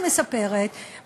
היא מספרת,